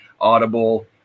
Audible